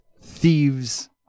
thieves